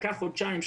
לקח חודשיים,